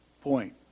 Point